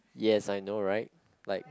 yes I know right like